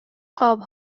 قاب